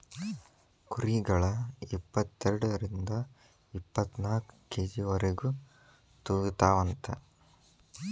ಕುರಿಗಳ ಇಪ್ಪತೆರಡರಿಂದ ಇಪ್ಪತ್ತನಾಕ ಕೆ.ಜಿ ವರೆಗು ತೂಗತಾವಂತ